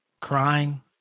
crying